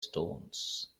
stones